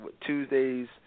Tuesdays